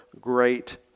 great